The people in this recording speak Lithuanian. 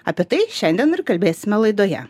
apie tai šiandien ir kalbėsime laidoje